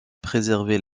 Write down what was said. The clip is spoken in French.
préserver